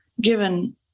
given